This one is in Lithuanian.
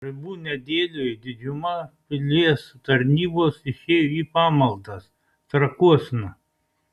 verbų nedėlioj didžiuma pilies tarnybos išėjo į pamaldas trakuosna